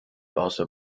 also